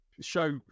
show